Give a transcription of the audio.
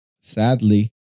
sadly